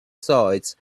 sides